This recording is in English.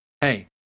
hey